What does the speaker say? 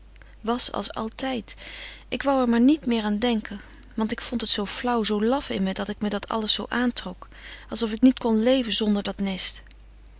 was als altijd ik woû er maar niet meer aan denken want ik vond het zoo flauw zoo laf in me dat ik me dat alles zoo aantrok alsof ik niet kon leven zonder dat nest